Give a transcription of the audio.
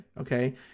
okay